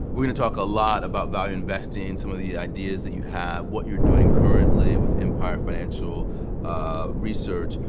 we're going to talk a lot about value investing some of the ideas that you have. what you're doing currently with empire financial research.